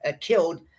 killed